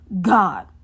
God